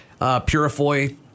Purifoy